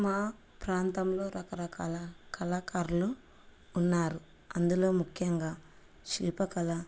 మా ప్రాంతంలో రకరకాల కళాకారులు ఉన్నారు అందులో ముఖ్యంగా శిల్పకళ